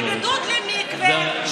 שיענה לך אם מותר, יוליה, לצאת מבידוד למקווה.